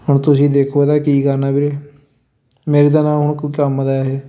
ਹੁਣ ਤੁਸੀਂ ਦੇਖੋ ਇਹਦਾ ਕੀ ਕਰਨਾ ਵੀਰੇ ਮੇਰੇ ਤਾਂ ਨਾ ਹੁਣ ਕੋਈ ਕੰਮ ਦਾ ਇਹ